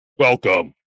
Welcome